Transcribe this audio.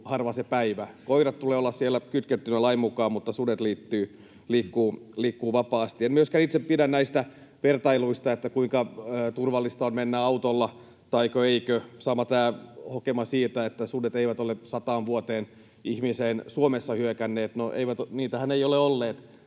harva se päivä. Koirien tulee olla siellä kytkettyinä lain mukaan, mutta sudet liikkuvat vapaasti. En myöskään itse pidä näistä vertailuista, kuinka turvallista on mennä autolla vaiko ei. Samoin tämä hokema siitä, että sudet eivät ole sataan vuoteen Suomessa hyökänneet ihmistä